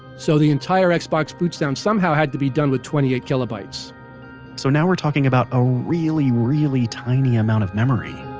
so the entire xbox boot sound, somehow had to be done with twenty eight kilobytes so now we're talking about a really, really tiny amount of memory